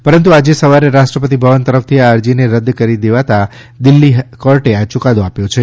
પરંતુ આજે સવારે રાષ્ટ્રપતિ ભવન તરફથી આ અરજીને રદ કરી દેવાતાં દિલ્હી કોર્ટે આ ચુકાદો આપ્યો છે